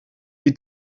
die